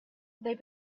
they